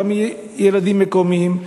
וגם ילדים מקומיים,